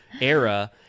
era